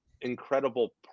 incredible